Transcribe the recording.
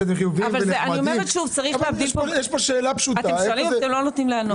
אבל כשיש פה שאלה פשוטה --- אתם שואלים אבל לא נותנים לענות.